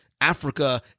Africa